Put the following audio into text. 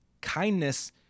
kindness